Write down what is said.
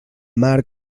mar